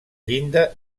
llinda